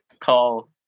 call